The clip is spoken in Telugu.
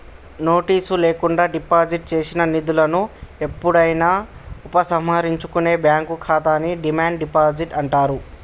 నోటీసు లేకుండా డిపాజిట్ చేసిన నిధులను ఎప్పుడైనా ఉపసంహరించుకునే బ్యాంక్ ఖాతాని డిమాండ్ డిపాజిట్ అంటారు